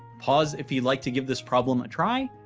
pause if you'd like to give this problem a try,